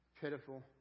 pitiful